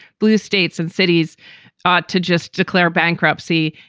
blue states and cities ought to just declare bankruptcy,